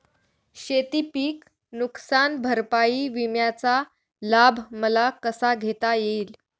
शेतीपीक नुकसान भरपाई विम्याचा लाभ मला कसा घेता येईल?